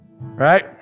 right